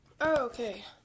Okay